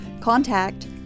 contact